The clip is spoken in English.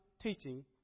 teaching